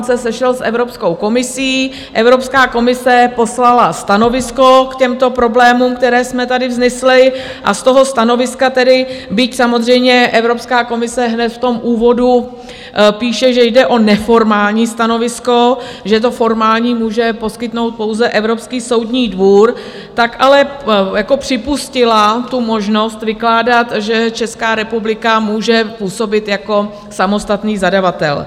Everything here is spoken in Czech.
On se sešel s Evropskou komisí, Evropská komise poslala stanovisko k těmto problémům, které jsme tady vznesli, a z toho stanoviska tedy, byť samozřejmě Evropská komise hned v úvodu píše, že jde o neformální stanovisko, že to formální může poskytnout pouze Evropský soudní dvůr, ale připustila možnost vykládat, že Česká republika může působit jako samostatný zadavatel.